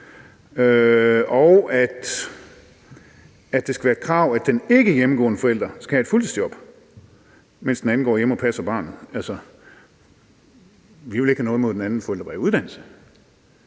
og at det skal være et krav, at den ikkehjemmegående forælder skal have et fuldtidsjob, mens den anden går hjemme og passer barnet. Altså, vi ville ikke have noget imod, at den ene forælder var i uddannelse.